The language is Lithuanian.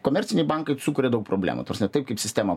komerciniai bankai sukuria daug problemų ta prasme taip kaip sistema